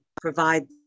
provide